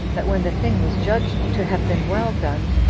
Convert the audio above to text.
that when the thing was judged to have been well done,